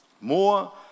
More